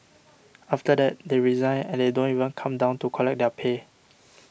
after that they resign and they don't even come down to collect their pay